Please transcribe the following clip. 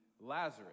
Lazarus